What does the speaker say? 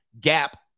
Gap